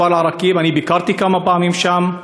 הכפר אל-עראקיב, אני ביקרתי כמה פעמים שם,